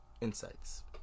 insights